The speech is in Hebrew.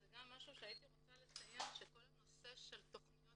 זה גם משהו שאני רוצה לציין שכל הנושא של תכניות